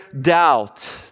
doubt